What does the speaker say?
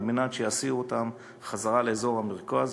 על מנת שיסיעו אותם חזרה לאזור המרכז,